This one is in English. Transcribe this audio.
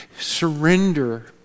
surrender